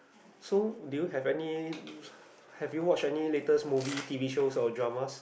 so do you have any have you watched any latest movie t_v show or dramas